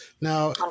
Now